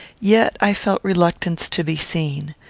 yet i felt reluctance to be seen.